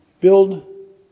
Build